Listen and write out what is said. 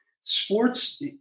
sports